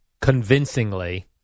convincingly